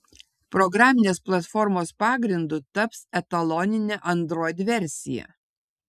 programinės platformos pagrindu taps etaloninė android versija